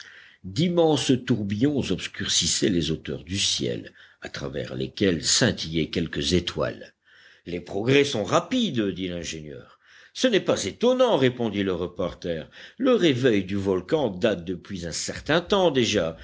d'immenses tourbillons obscurcissaient les hauteurs du ciel à travers lesquels scintillaient quelques étoiles les progrès sont rapides dit l'ingénieur ce n'est pas étonnant répondit le reporter le réveil du volcan date depuis un certain temps déjà